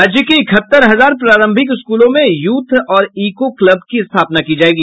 राज्य के इकहत्तर हजार प्रारंभिक स्कूलों में यूथ और ईको क्लब की स्थापना की जायेगी